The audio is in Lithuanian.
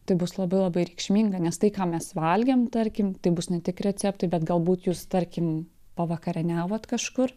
tai bus labai labai reikšminga nes tai ką mes valgėm tarkim tai bus ne tik receptai bet galbūt jūs tarkim pavakarieniavot kažkur